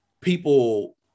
people